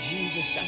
Jesus